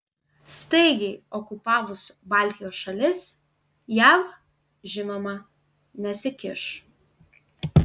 staigiai okupavus baltijos šalis jav žinoma nesikiš